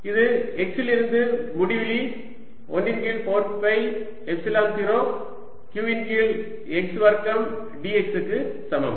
இது x இலிருந்து முடிவிலி 1 இன் கீழ் 4 பை எப்சிலான் 0 q இன் கீழ் x வர்க்கம் dx க்கு சமம்